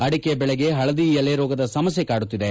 ಅಡಿಕೆ ಬೆಳೆಗೆ ಪಳದಿ ಎಲೆ ರೋಗದ ಸಮಸ್ತ ಕಾಡುತ್ತಿದೆ